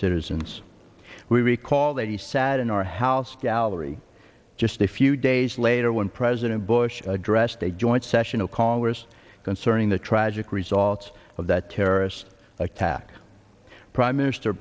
citizens we recall that he sat in our house gallery just a few days later when president bush addressed a joint session of congress concerning the tragic results of that terrorist attack prime minister